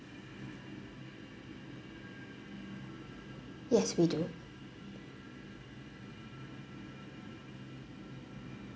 yes we do